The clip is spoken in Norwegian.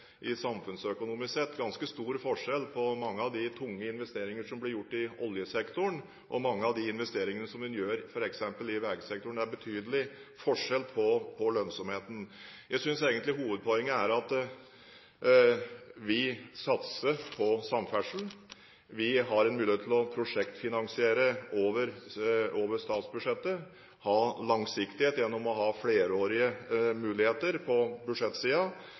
samfunnsøkonomisk sett ganske stor forskjell på mange av de tunge investeringene som blir gjort i oljesektoren, og mange av de investeringene som en gjør f.eks. i vegsektoren. Det er betydelig forskjell på lønnsomheten. Jeg synes egentlig hovedpoenget er at vi satser på samferdsel, vi har en mulighet til å prosjektfinansiere over statsbudsjettet, ha langsiktighet gjennom å ha flerårige muligheter på